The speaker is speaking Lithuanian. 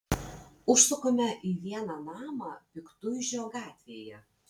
užsukame į vieną namą piktuižio gatvėje